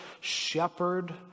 Shepherd